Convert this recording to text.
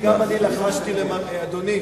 אדוני,